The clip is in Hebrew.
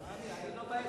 אני לא בעסק.